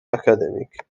academic